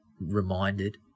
reminded